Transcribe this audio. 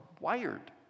wired